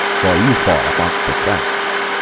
for you fall mongst friends.